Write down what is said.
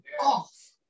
off